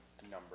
Number